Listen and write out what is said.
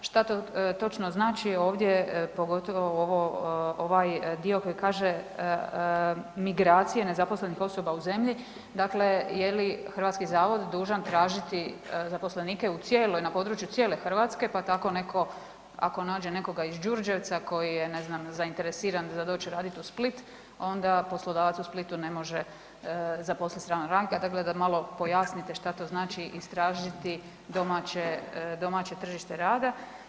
Što to točno znači, ovdje, pogotovo ovo, ovaj dio koji kaže, migracije nezaposlenih osoba u zemlji, dakle, je li hrvatski zavod dužan tražiti zaposlenike u cijeloj, na području cijele Hrvatske, pa tako netko, ako nađe nekoga iz Đurđevca koji je ne znam, zainteresiran za doći raditi u Split, onda poslodavac u Splitu ne može zaposliti stranog radnika, dakle da malo pojasnite što to znači istražiti domaće tržište rada.